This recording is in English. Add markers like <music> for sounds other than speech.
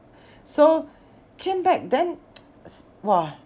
so came back then <noise> !wah!